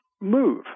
Move